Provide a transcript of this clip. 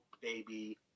baby